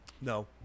no